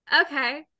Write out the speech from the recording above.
Okay